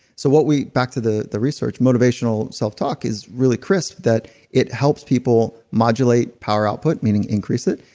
so what we, back to the the research, motivational self talk is really crisp that it helps people modulate power output, meaning increase it,